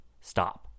stop